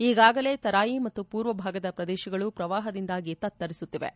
ಈಗಾಗಲೇ ತರಾಯಿ ಮತ್ತು ಪೂರ್ವಭಾಗದ ಪ್ರದೇತಗಳು ಪ್ರವಾಹದಿಂದಾಗಿ ತತ್ತರಿಸುತ್ತಿವೆ